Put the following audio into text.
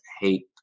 hate